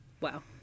Wow